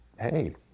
hey